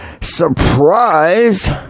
surprise